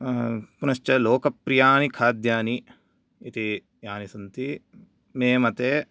पुनश्च लोकप्रियाणि खाद्यानि इति यानि सन्ति मे मते